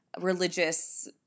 religious